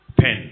pen